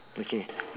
okay